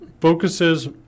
focuses